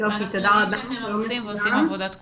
הם עושים ועושים עבודת קודש.